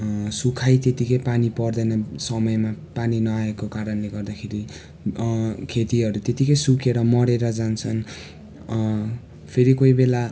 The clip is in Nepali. सुखाइ त्यतिकै पानी पर्दैन समयमा पानी नआएको कारणले गर्दाखेरि खेतीहरू त्यतिकै सुकेर मरेर जान्छन् फेरि कोही बेला